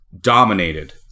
dominated